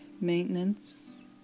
maintenance